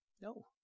No